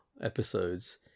episodes